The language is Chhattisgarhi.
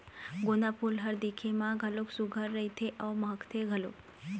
गोंदा फूल ह दिखे म घलोक सुग्घर रहिथे अउ महकथे घलोक